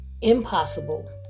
impossible